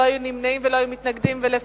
לא היו מתנגדים ולא היו נמנעים.